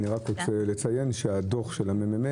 אני רוצה לציין שהדוח של מרכז המחקר והמידע